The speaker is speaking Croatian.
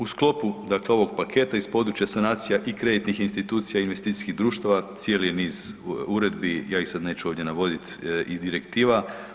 U sklopu, dakle, ovog paketa iz područja sanacija i kreditnih institucija i investicijskih društava, cijeli je niz uredbi, ja ih sad neću ovdje navoditi i direktiva.